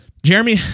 Jeremy